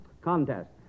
contest